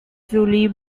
julie